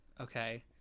Okay